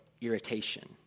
irritation